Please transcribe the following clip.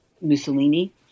Mussolini